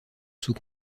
sous